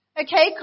Okay